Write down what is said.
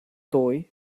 doe